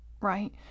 right